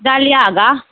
ꯗꯥꯜꯂꯤꯌꯥꯒ